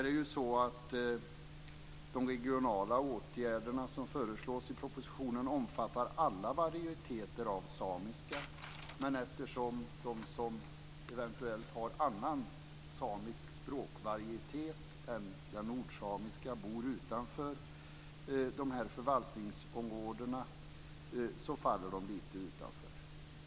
De regionala åtgärder som föreslås i propositionen omfattar alla varieteter av samiska. Men de som eventuellt har annan samisk språkvarietet än den nordsamiska och bor utanför de här förvaltningsområdena faller lite utanför detta.